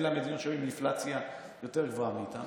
אלה המדינות שהיו עם אינפלציה יותר נמוכה מאיתנו.